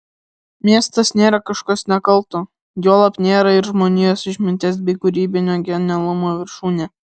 miestas nėra kažkas nekalto juolab nėra ir žmonijos išminties bei kūrybinio genialumo viršūnė